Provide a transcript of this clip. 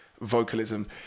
vocalism